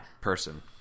person